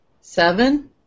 Seven